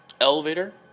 elevator